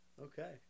Okay